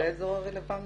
זה האזור הרלוונטי